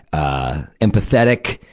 ah, empathetic.